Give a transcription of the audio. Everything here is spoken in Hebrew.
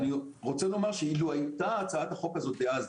אני חושב שאילו הייתה הצעת החוק הזאת אז,